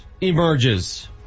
emerges